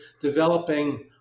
developing